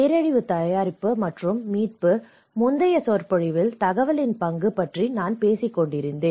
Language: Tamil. பேரழிவு தயாரிப்பு மற்றும் மீட்பு முந்தைய சொற்பொழிவில் தகவலின் பங்கு பற்றி நான் பேசிக் கொண்டிருந்தேன்